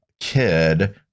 kid